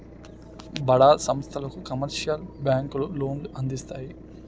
బడా సంస్థలకు కమర్షియల్ బ్యాంకులు లోన్లు అందిస్తాయి